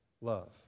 love